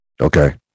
Okay